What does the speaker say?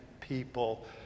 people